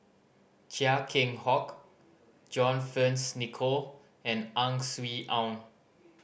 Chia Keng Hock John Fearns Nicoll and Ang Swee Aun